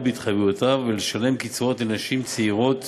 בהתחייבויותיו ולשלם קצבאות לנשים צעירות